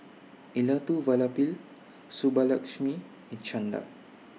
Elattuvalapil Subbulakshmi and Chanda